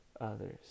others